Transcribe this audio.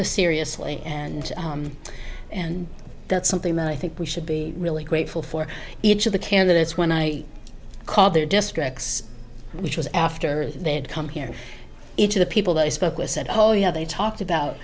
the seriously and and that's something that i think we should be really grateful for each of the candidates when i call their districts which was after they had come here each of the people that i spoke with said oh yeah they talked about